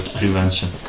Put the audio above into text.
prevention